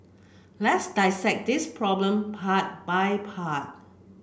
let's dissect this problem part by part